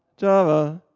java,